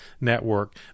network